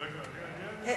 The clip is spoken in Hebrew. רגע.